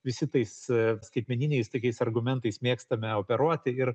visi tais e skaitmeniniais tokiais argumentais mėgstame operuoti ir